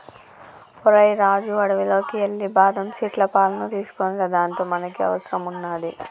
ఓరై రాజు అడవిలోకి ఎల్లి బాదం సీట్ల పాలును తీసుకోనిరా దానితో మనకి అవసరం వున్నాది